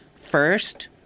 first